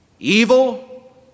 evil